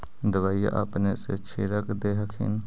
दबइया अपने से छीरक दे हखिन?